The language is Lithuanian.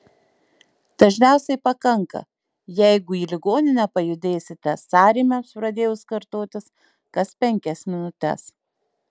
dažniausiai pakanka jeigu į ligoninę pajudėsite sąrėmiams pradėjus kartotis kas penkias minutes